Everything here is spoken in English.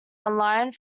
online